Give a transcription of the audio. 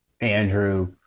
Andrew